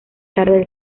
tarde